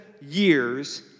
years